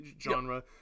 genre